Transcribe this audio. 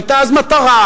היתה אז מטרה,